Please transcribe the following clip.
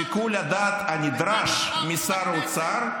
שיקול הדעת הנדרש משר האוצר,